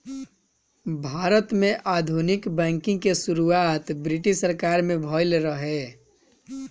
भारत में आधुनिक बैंकिंग के शुरुआत ब्रिटिस सरकार में भइल रहे